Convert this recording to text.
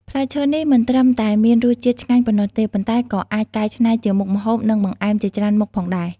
ផ្លែឈើនេះមិនត្រឹមតែមានរសជាតិឆ្ងាញ់ប៉ុណ្ណោះទេ ប៉ុន្តែក៏អាចកែច្នៃជាមុខម្ហូប និងបង្អែមជាច្រើនមុខផងដែរ។